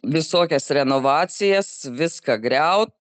visokias renovacijas viską griaut